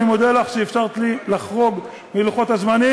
אני מודה לך על שאפשרת לי לחרוג מלוח הזמנים.